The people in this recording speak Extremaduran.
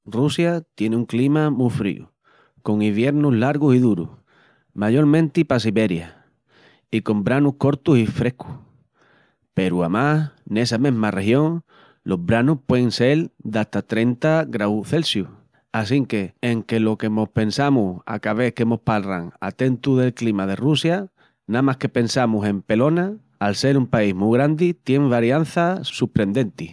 Russia tieni un clima mu fríu, con iviernus largus i durus, mayolmenti pa Siberia, i con branus cortus i frescus. Peru amás nessa mesma región los branus puein sel d'ata 30ºC, assinque enque lo que mos pensamus a ca ves que mos palran a tentu del clima de Russia namas que pensamus en pelonas, al sel un país mu grandi tien varianças susprendentis.